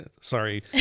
sorry